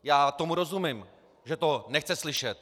Já tomu rozumím, že to nechce slyšet.